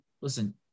listen